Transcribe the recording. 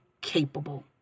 capable